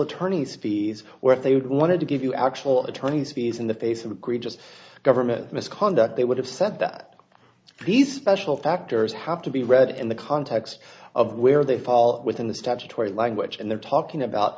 attorney's fees where they wanted to give you actual attorney's fees in the face of agreed just government misconduct they would have said that these special factors have to be read in the context of where they fall within the statutory language and they're talking about